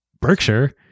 Berkshire